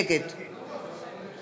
נגד